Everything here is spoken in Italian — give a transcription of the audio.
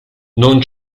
non